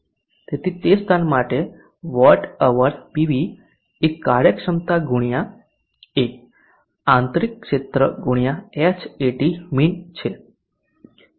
તેથી તે સ્થાન માટે વોટ અવરપીવી એ કાર્યક્ષમતા ગુણ્યા A આન્તરિક ક્ષેત્ર ગુણ્યા Hatmin છે